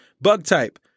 Bug-type